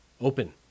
open